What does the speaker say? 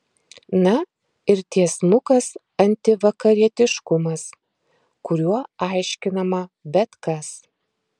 na ir tiesmukas antivakarietiškumas kuriuo aiškinama bet kas